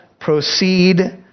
proceed